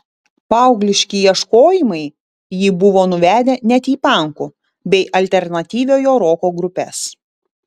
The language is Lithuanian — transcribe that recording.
paaugliški ieškojimai jį buvo nuvedę net į pankų bei alternatyviojo roko grupes